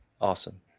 Awesome